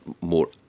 more